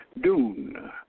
Dune